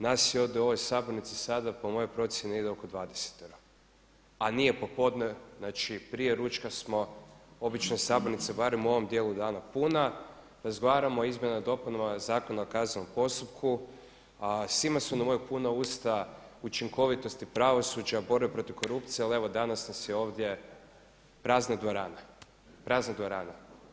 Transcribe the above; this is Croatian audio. Nas je ovdje u ovoj sabornici sada po mojoj procjeni negdje oko 20 a nije popodne, znači prije ručka smo, obično je sabornica barem u ovom dijelu dana puna, razgovaramo o Izmjenama i dopunama Zakona o kaznenom postupku a svima su nam puna usta učinkovitosti pravosuđa, borbi protiv korupcije ali evo danas nas je ovdje prazna dvorana, prazna dvorana.